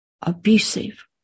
abusive